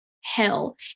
hell